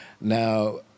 Now